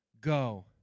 go